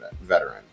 veteran